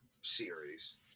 series